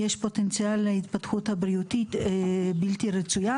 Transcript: יש פוטנציאל להתפתחות הבריאותית בלתי רצויה.